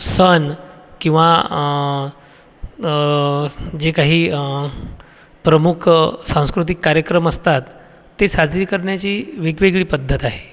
सण किंवा जे काही प्रमुख सांस्कृतिक कार्यक्रम असतात ती साजरी करण्याची वेगवेगळी पद्धत आहे